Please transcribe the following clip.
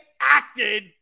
acted